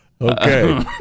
Okay